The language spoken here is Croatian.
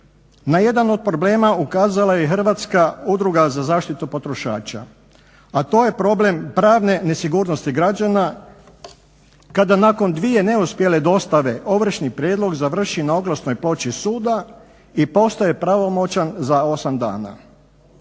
Na jedan od problema ukazala je i Hrvatska udruga za zaštitu potrošača, a to je problem pravne nesigurnosti građana kada nakon dvije neuspjele dostave ovršni prijedlog završi na oglasnoj ploči suda i postaje pravomoćan za osam dana.